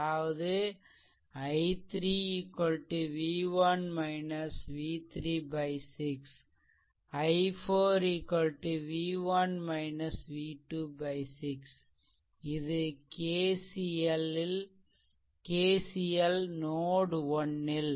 அதாவது i3 v1 v3 6 i4 v1 v2 6 இது KCL node 1ல் node 1